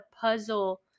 puzzle